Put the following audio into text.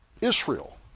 Israel